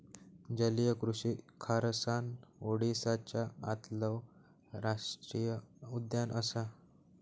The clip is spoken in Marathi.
जलीय कृषि खारसाण ओडीसाच्या आतलो राष्टीय उद्यान असा